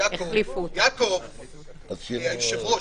אדוני היושב-ראש,